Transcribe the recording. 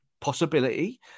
possibility